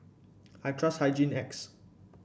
I trust Hygin X